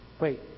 Wait